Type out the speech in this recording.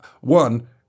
one